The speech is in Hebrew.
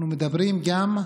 אנחנו מדברים גם,